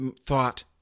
thought